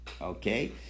Okay